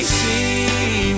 see